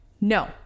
No